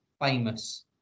famous